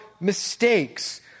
mistakes